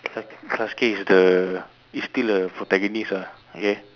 sa~ Sasuke is the he's still a protagonist ah okay